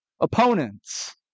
opponents